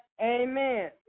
Amen